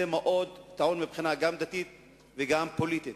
זה מאוד טעון מבחינה דתית וגם פוליטית.